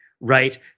right